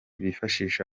bifashisha